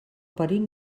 parit